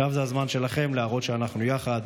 עכשיו זה הזמן שלכם להראות שאנחנו יחד.